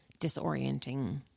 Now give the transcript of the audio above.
disorienting